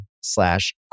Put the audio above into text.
slash